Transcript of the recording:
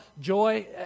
joy